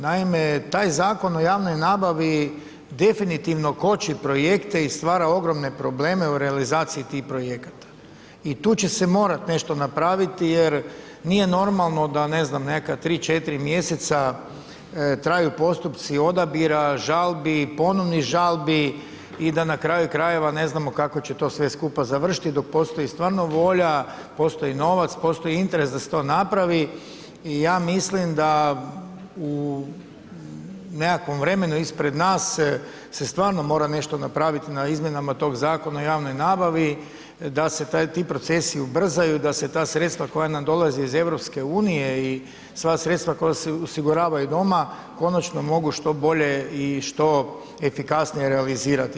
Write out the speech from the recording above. Naime, taj Zakon o javnoj nabavi definitivno koči projekte i stvara ogromne probleme u realizaciji tih projekata i tu će se morati nešto napraviti jer nije normalno da ne znam neka 3, 4 mjeseca traju postupci odabira, žalbi, ponovnih žalbi i da na kraju krajeva ne znamo kako će to sve skupa završiti dok postoji stvarno volja, postoji novac, postoji interes da se to napravi i ja mislim da u nekakvom vremenu ispred nas se stvarno mora nešto napraviti na izmjenama tog Zakona o javnoj nabavi, da se ti procesi ubrzaju, da se ta sredstva koja nam dolaze iz EU i sva sredstva koja se osiguravaju doma konačno mogu što bolje i što efikasnije realizirati.